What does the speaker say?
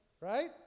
right